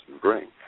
bring